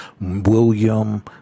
William